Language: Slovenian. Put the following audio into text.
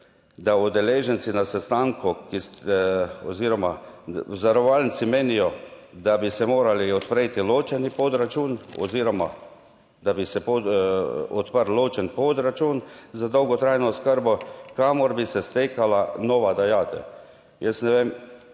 da udeleženci na sestanku oziroma v zavarovalnici menijo, da bi se morali odpreti ločeni podračun oziroma da bi se odprli ločen podračun za dolgotrajno oskrbo, kamor bi se stekala nova dajatev. Jaz ne vem